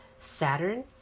Saturn